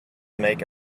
make